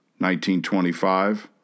1925